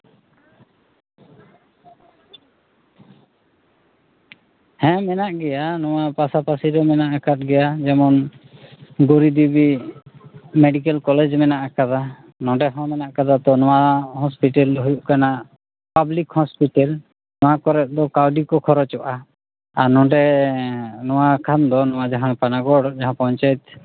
ᱦᱮᱸ ᱢᱮᱱᱟᱜ ᱜᱮᱭᱟ ᱱᱚᱣᱟ ᱯᱟᱥᱟᱯᱟᱹᱥᱤ ᱫᱚ ᱢᱮᱱᱟᱜ ᱟᱠᱟᱫ ᱜᱮᱭᱟ ᱡᱮᱢᱚᱱ ᱜᱳᱣᱨᱤᱫᱮᱵᱤ ᱢᱮᱰᱤᱤᱠᱮᱞ ᱠᱚᱞᱮᱡᱽ ᱢᱮᱱᱟᱜ ᱟᱠᱟᱫᱟ ᱱᱚᱸᱰᱮ ᱦᱚᱸ ᱢᱮᱱᱟᱜ ᱟᱠᱟᱫᱟ ᱛᱚ ᱱᱚᱣᱟ ᱦᱚᱥᱯᱤᱴᱟᱞ ᱦᱩᱭᱩᱜ ᱠᱟᱱᱟ ᱯᱟᱵᱽᱞᱤᱠ ᱦᱚᱥᱯᱤᱴᱟᱞ ᱱᱚᱣᱟ ᱠᱚᱨᱮ ᱫᱚ ᱠᱟᱹᱣᱰᱤ ᱠᱚ ᱠᱷᱚᱨᱚᱪᱚᱜᱼᱟ ᱟᱨ ᱱᱚᱸᱰᱮ ᱱᱚᱣᱟ ᱠᱷᱟᱱ ᱫᱚ ᱱᱚᱣᱟ ᱡᱟᱦᱟᱸ ᱯᱟᱱᱟᱜᱚᱲ ᱯᱚᱧᱪᱟᱭᱮᱛ